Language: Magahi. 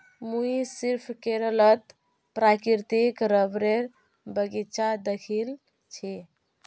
मुई सिर्फ केरलत प्राकृतिक रबरेर बगीचा दखिल छि